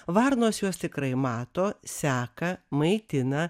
varnos jos tikrai mato seka maitina